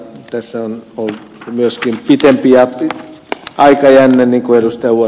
tässä on ollut myöskin pitempi aikajänne niin kuin ed